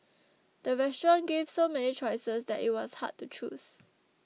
the restaurant gave so many choices that it was hard to choose